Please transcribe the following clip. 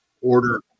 order